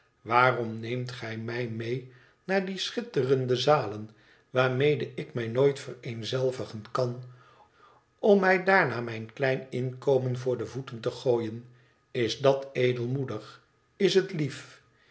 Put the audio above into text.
waarom neemt gij mij mee naar die schitterende zalen waarmede ik mij nooit vereenzelvigen kan om mij daarna mijn klein inkomen voor de voeten te gooien ris dat edelmoedig is het lief